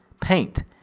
paint